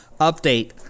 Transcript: Update